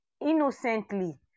innocently